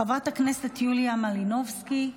חברת הכנסת יוליה מלינובסקי,